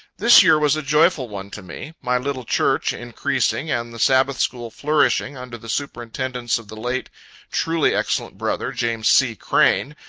this year was a joyful one to me my little church increasing, and the sabbath school flourishing, under the superintendence of the late truly excellent brother james c. crane,